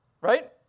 right